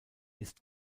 ist